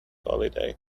holiday